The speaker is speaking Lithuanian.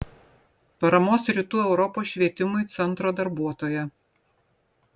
paramos rytų europos švietimui centro darbuotoja